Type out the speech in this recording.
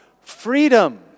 freedom